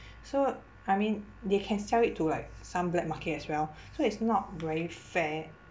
so I mean they can sell it to like some black market as well so it's not very fair